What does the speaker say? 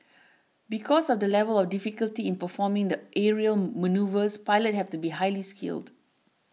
because of the level of difficulty in performing the aerial manoeuvres pilots have to be highly skilled